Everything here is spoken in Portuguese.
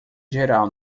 geral